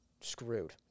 screwed